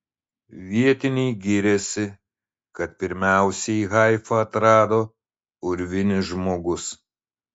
vietiniai giriasi kad pirmiausiai haifą atrado urvinis žmogus